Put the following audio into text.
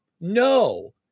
no